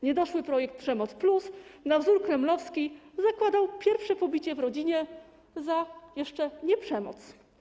Niedoszły projekt przemoc+ na wzór kremlowski zakładał pierwsze pobicie w rodzinie za jeszcze nie przemoc.